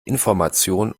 information